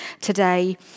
today